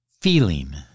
feeling